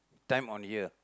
time on here